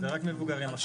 מבוגרים.